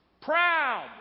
Proud